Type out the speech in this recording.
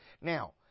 Now